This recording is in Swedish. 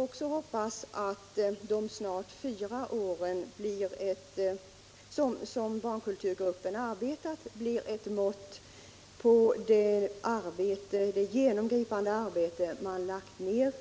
Låt oss hoppas att de snart fyra år som barnkulturgruppen då arbetat också skall bli ett mått på det genomgripande arbete man lagt ned